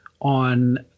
on